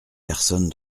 personne